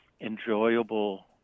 enjoyable